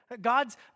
God's